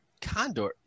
Condor